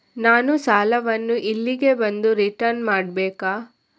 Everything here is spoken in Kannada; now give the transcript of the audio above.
ನಾನು ಸಾಲವನ್ನು ಇಲ್ಲಿಗೆ ಬಂದು ರಿಟರ್ನ್ ಮಾಡ್ಬೇಕಾ?